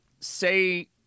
say